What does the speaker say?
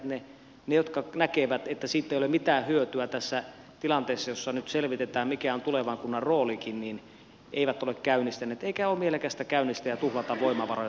ne jotka näkevät että siitä ei ole mitään hyötyä tässä tilanteessa jossa nyt selvitetään mikä on tulevan kunnan roolikin eivät ole käynnistäneet eikä ole mielekästä käynnistää ja tuhlata voimavaroja tämmöiseen